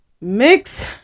Mix